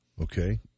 Okay